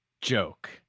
joke